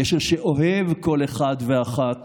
גשר שאוהב כל אחד ואחת